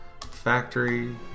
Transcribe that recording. factory